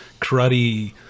cruddy